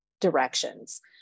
directions